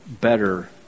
better